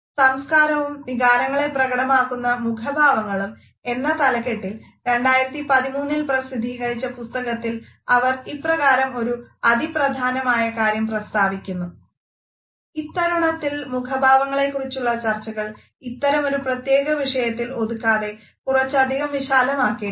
സംസ്കാരവും വികാരങ്ങളെ പ്രകടമാക്കുന്ന മുഖഭാവങ്ങളും എന്ന തലക്കെട്ടിൽ 2013 ൽ പ്രസിദ്ധീകരിച്ച പുസ്തകത്തിൽ അവർ ഇപ്രകാരം ഒരു അതിപ്രധാനമായ കാര്യം പ്രസ്താവിക്കുന്നു ഇത്തരുണത്തിൽ മുഖഭാവങ്ങളെക്കുറിച്ചുള്ള ചർച്ചകൾ ഇത്തരമൊരു പ്രത്യേക വിഷയത്തിൽ ഒതുക്കാതെ കുറച്ചധികം വിശാലമാക്കേണ്ടതുണ്ട്